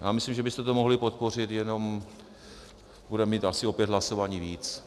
Já myslím, že byste to mohli podpořit, jenom budeme mít asi o pět hlasování víc.